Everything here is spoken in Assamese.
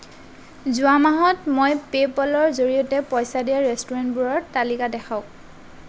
যোৱা মাহত মই পে'পলৰ জৰিয়তে পইচা দিয়া ৰেষ্টুৰেণ্টবোৰৰ তালিকাখন দেখুৱাওক